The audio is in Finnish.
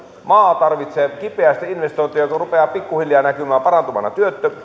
maa tarvitsee kipeästi investointeja jotka rupeavat pikkuhiljaa näkymään parantuvana